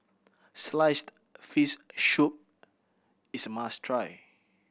sliced fish soup is a must try